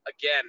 again